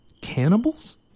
cannibals